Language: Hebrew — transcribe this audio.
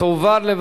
ההוצאה לפועל (תיקון מס' 34),